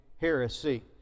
heresy